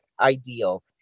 ideal